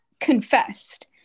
confessed